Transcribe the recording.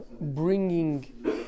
bringing